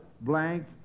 blank